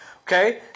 okay